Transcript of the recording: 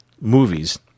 movies